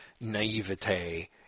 naivete